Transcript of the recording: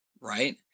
right